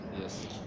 Yes